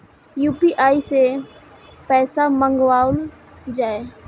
UPI सै पैसा मंगाउल जाय?